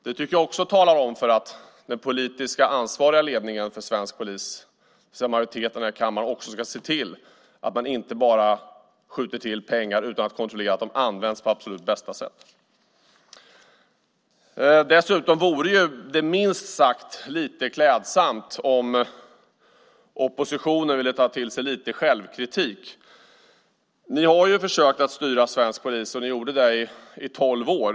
Det tycker jag också talar för att den politiskt ansvariga ledningen för svensk polis, det vill säga majoriteten här i kammaren, också ska se till att man inte bara skjuter till pengar utan att kontrollera att de används på absolut bästa sätt. Dessutom vore det minst sagt klädsamt om oppositionen ville ägna sig åt lite självkritik. Ni har ju försökt styra svensk polis i tolv år.